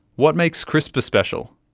what makes crispr special?